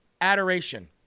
Adoration